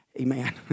amen